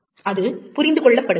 அது புரிந்து கொள்ளப்படுகிறது